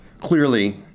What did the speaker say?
Clearly